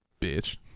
bitch